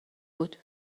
بود